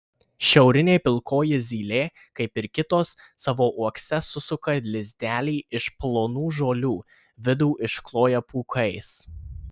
šiaurinė pilkoji zylė kaip ir kitos savo uokse susuka lizdelį iš plonų žolių vidų iškloja pūkais